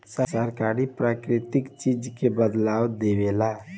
सरकार प्राकृतिक चीज के बढ़ावा देवेला